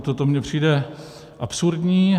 To mně přijde absurdní.